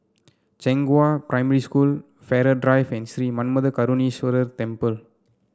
Zhenghua Primary School Farrer Drive and Sri Manmatha Karuneshvarar Temple